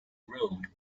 road